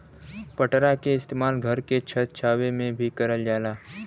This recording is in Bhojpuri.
पटरा के इस्तेमाल घर के छत छावे में भी करल जाला